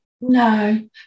no